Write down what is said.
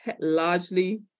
largely